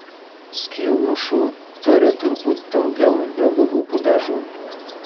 skylmušų turi turbūt daugiau negu lūpų dažų